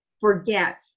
forget